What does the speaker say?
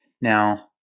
Now